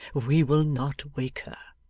we will not wake her